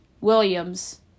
Williams